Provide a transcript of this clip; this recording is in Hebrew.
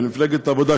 ולמפלגת העבודה,